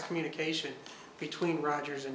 communication between rogers and